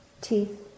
teeth